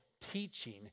teaching